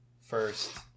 first